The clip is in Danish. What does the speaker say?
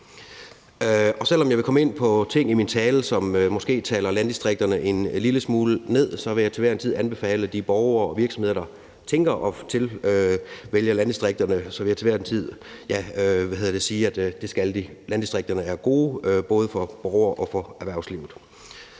selv om jeg vil komme ind på ting i min tale, som måske taler landdistrikterne en lille smule ned, vil jeg til hver en tid anbefale det til de borgere og virksomheder, der tænker på at vælge landdistrikterne; jeg vil til hver en tid sige, at det skal de. Landdistrikterne er gode, både for borgere og for erhvervslivet.